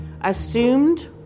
assumed